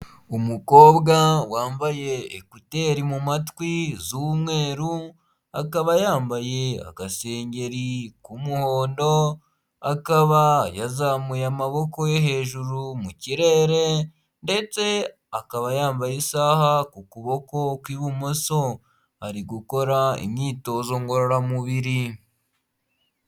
Umukobwa wambaye ekuteri mu matwi z'umweru, akaba yambaye agasengeri k'umuhondo akaba yazamuye amaboko ye hejuru mu kirere ndetse akaba yambaye isaha ku kuboko kw'ibumoso, ari gukora imyitozo ngororamubiri.